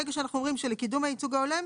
ברגע שאנחנו אומרים: "לקידום הייצוג ההולם"